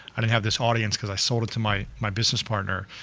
i don't have this audience because i sold it to my my business partner.